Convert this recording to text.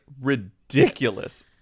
ridiculous